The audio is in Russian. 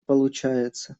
получается